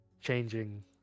changing